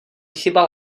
chyba